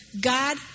God